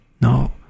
No